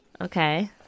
Okay